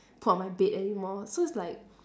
put on my bed anymore so it's like